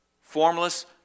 formless